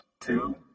two